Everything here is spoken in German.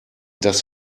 das